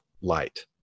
light